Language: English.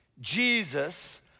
Jesus